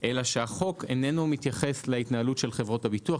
אלא שהחוק איננו מתייחס להתנהלות של חברות הביטוח.